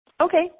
Okay